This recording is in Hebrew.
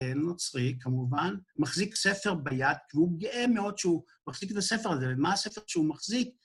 נוצרי כמובן, מחזיק ספר ביד, והוא גאה מאוד שהוא מחזיק את הספר הזה, מה הספר שהוא מחזיק?